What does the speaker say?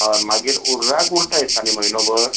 हय मागीर हुर्राक उरता दिसता न्हय म्हयनोभर